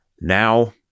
now